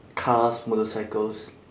cars motorcycles